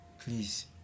Please